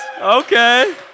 okay